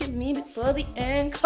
and me before the end comes.